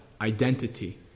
identity